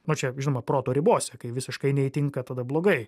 na čia žinoma proto ribose kai visiškai neįtinka tada blogai